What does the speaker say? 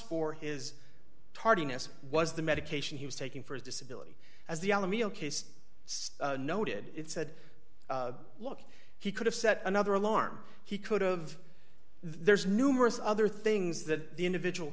for his tardiness was the medication he was taking for his disability as the on the meal case noted it said look he could have set another alarm he could've there's numerous other things that the individual